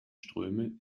ströme